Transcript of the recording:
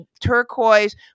turquoise